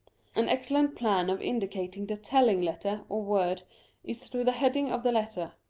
an excellent plan of indicating the telling letter or word is through the heading of the letter.